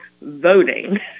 voting